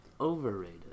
overrated